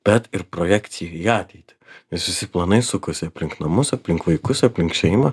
bet ir projekcija į ateitį nes visi planai sukosi aplink namus aplink vaikus aplink šeimą